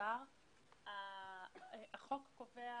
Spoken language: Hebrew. החוק קובע